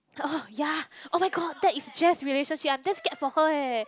oh ya oh-my-god that is Jess relationship I'm damn scared for her eh